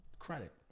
Credit